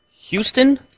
Houston